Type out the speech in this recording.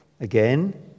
again